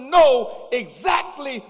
know exactly